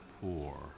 poor